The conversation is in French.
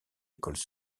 écoles